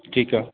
ठीकु आहे